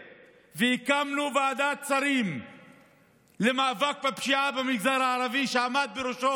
והקמנו ועדת שרים למאבק בפשיעה המגזר הערבי שעמד בראשה